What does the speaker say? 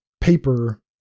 paper